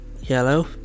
yellow